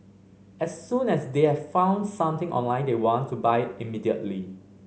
as soon as they've found something online they want to buy immediately